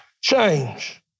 change